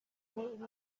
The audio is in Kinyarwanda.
n’ibindi